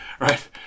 Right